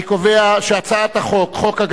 אני קובע שהצעת החוק של חבר הכנסת אורי אריאל,